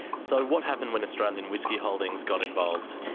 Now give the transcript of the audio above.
so what happened when australian whisky holdings got involved?